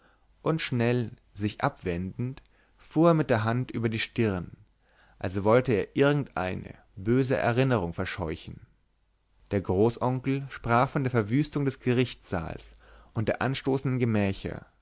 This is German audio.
und schnell sich abwendend fuhr er mit der hand über die stirn als wolle er irgendeine böse erinnerung verscheuchen der großonkel sprach von der verwüstung des gerichtssaals und der anstoßenden gemächer